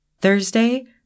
Thursday